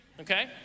okay